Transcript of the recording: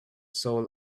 soul